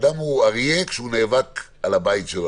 אדם הוא אריה כשהוא נאבק על הבית שלו,